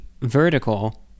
vertical